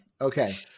Okay